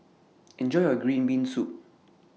Enjoy your Green Bean Soup